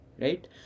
Right